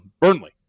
Burnley